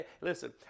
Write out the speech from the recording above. listen